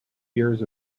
years